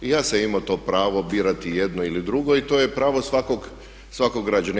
I ja sam imao to pravo birati jedno ili drugo i to je pravo svakog građanina.